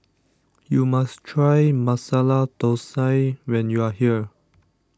you must try Masala Thosai when you are here